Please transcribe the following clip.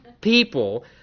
people